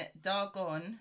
dargon